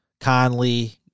Conley